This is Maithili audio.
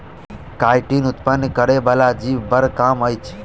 काइटीन उत्पन्न करय बला जीव बड़ कम अछि